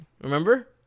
Remember